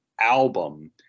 album